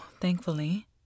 Thankfully